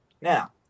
Now